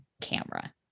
camera